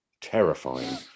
Terrifying